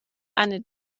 eine